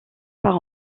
par